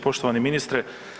Poštovani ministre.